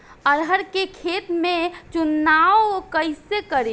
अरहर के खेत के चुनाव कईसे करी?